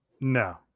No